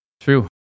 true